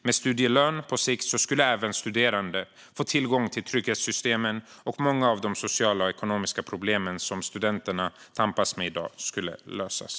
Med studielön skulle på sikt även studerande få tillgång till trygghetssystemen, och många av de sociala och ekonomiska problem som studenterna i dag tampas med skulle lösas.